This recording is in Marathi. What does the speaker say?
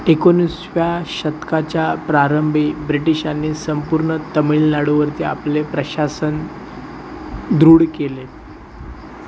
एकोणीसाव्या शतकाच्या प्रारंभी ब्रिटिशांनी संपूर्ण तमिळनाडूवरती आपले प्रशासन दृढ केले